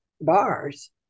bars